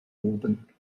oben